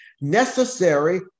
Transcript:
necessary